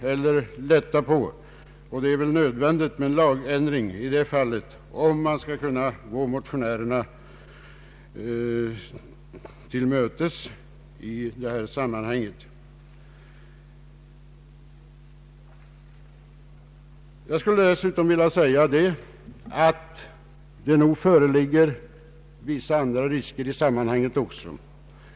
Men en lagändring i det fallet blir väl nödvändig om man skall kunna gå motionärerna till mötes i detta sammanhang. Dessutom föreligger det nog även andra risker i sammanhanget.